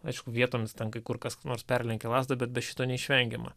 aišku vietomis ten kai kur kas nors perlenkia lazdą bet be šito neišvengiama